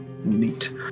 neat